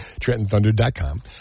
TrentonThunder.com